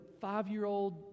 five-year-old